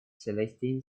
celestine